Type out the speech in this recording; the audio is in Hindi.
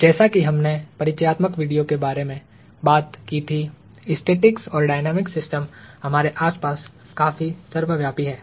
जैसा कि हमने परिचयात्मक वीडियो के बारे में बात की थी स्टैटिक्स और डायनामिक्स सिस्टम हमारे आसपास काफी सर्वव्यापी हैं